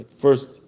First